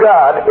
God